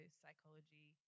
psychology